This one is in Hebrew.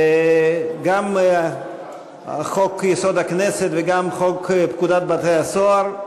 גם תיקון חוק-יסוד: הכנסת וגם תיקון פקודת בתי-הסוהר.